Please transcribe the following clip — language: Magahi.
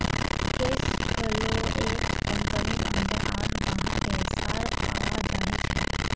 कैश फ्लो एक कंपनीर अंदर आर बाहर पैसार आवाजाही छे